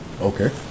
Okay